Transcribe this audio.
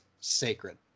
sacred